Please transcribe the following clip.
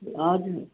हजुर